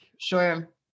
sure